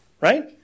Right